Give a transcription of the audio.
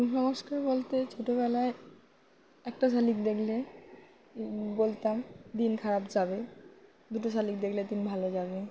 কুসংস্কার বলতে ছোটবেলায় একটা শালিক দেখলে বলতাম দিন খারাপ যাবে দুটো শালিক দেখলে দিন ভালো যাবে